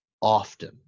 often